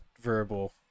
verbal